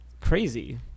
crazy